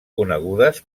conegudes